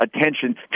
attention